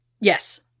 Yes